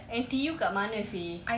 N_T_U kat mana seh